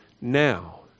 now